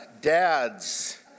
dads